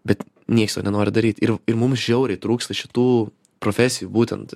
bet nieks to nenori daryti ir ir mums žiauriai trūksta šitų profesijų būtent